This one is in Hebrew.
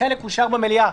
חלק אושר במליאה.